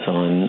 on